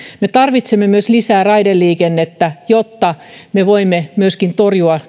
me tarvitsemme myös lisää raideliikennettä jotta me voimme torjua